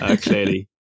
clearly